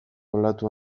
olatu